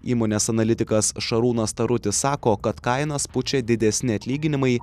įmonės analitikas šarūnas tarutis sako kad kainas pučia didesni atlyginimai